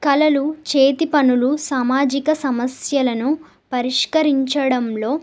కళలు చేతి పనులు సామాజిక సమస్యలను పరిష్కరించడంలో